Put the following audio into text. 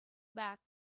back